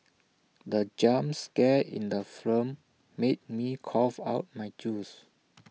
the jump scare in the film made me cough out my juice